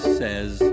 says